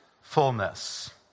fullness